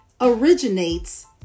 originates